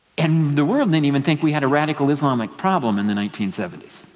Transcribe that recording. and the world didn't even think we had a radical islamic problem in the nineteen seventy s.